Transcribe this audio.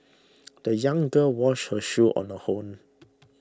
the young girl washed her shoes on her own